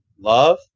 Love